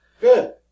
Good